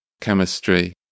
chemistry